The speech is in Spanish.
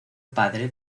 padre